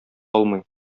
алмый